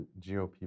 GOP